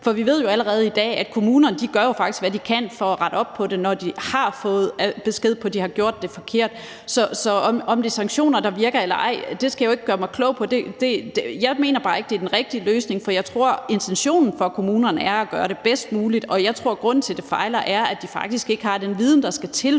hvordan sanktioner virker. For vi ved jo allerede i dag, at kommunerne faktisk gør, hvad de kan for at rette op på det, når de har fået besked på, at de har gjort det forkert. Så om det er sanktioner, der virker, eller ej, skal jeg ikke gøre mig klog på. Jeg mener bare ikke, det er den rigtige løsning. For jeg tror, at intentionen fra kommunerne er at gøre det bedst muligt, og jeg tror, at grunden til, at det fejler, er, at de faktisk ikke har den viden, der skal til